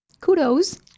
kudos